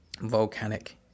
volcanic